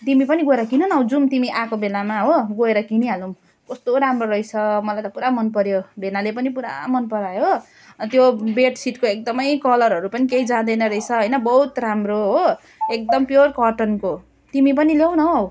तिमी पनि गएर किन न औ जाऊँ तिमी आएको बेलामा हो गएर किनिहालौँ कस्तो राम्रो रहेछ मलाई त पुरा मन पऱ्यो भेनाले पनि पुरा मन परायो हो त्यो बेडसिटको एकदमै कलरहरू पनि केही जाँदैन रहेछ होइन बहुत राम्रो हो एकदम प्युर कटनको तिमी पनि ल्याउ न औ